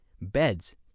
Beds